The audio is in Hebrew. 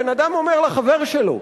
בן-אדם אומר לחבר שלו,